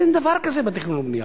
אין דבר כזה בתכנון ובנייה.